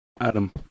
Adam